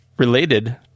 related